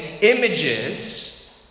images